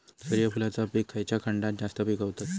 सूर्यफूलाचा पीक खयच्या खंडात जास्त पिकवतत?